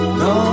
no